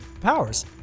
powers